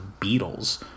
Beatles